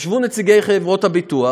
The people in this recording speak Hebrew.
ישבו נציגי חברות הביטוח